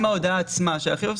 לגבי ההודעה עצמה של החיוב,